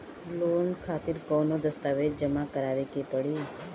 Loan खातिर कौनो दस्तावेज जमा करावे के पड़ी?